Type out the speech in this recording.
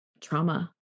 trauma